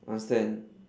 understand